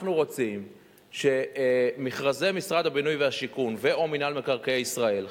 אנחנו רוצים שמכרזי משרד הבינוי והשיכון ו/או מינהל מקרקעי ישראל,